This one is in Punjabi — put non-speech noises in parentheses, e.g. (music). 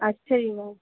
ਅੱਛਾ ਜੀ (unintelligible)